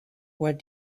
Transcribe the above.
what